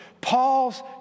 Paul's